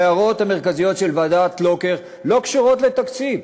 ההערות המרכזיות של ועדת לוקר לא קשורות לתקציב,